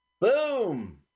Boom